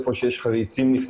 זה לא רק עניין של רצון טוב,